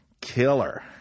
Killer